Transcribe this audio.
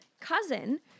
cousin